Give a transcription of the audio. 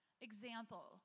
example